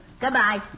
Goodbye